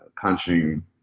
punching